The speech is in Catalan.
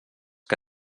que